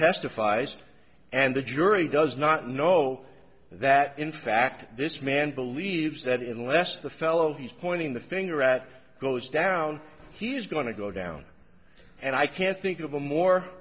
testifies and the jury does not know that in fact this man believes that in less the fellow he's pointing the finger at goes down he's going to go down and i can't think of a more